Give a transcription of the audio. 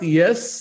yes